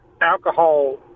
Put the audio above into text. alcohol